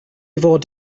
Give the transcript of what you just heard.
fod